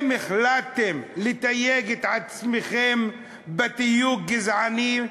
אם החלטתם לתייג את עצמכם בתיוג גזעני,